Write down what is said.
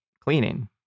cleaning